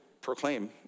proclaim